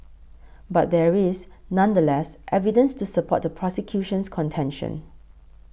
but there is nonetheless evidence to support the prosecution's contention